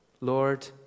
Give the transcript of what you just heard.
Lord